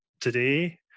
today